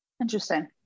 Interesting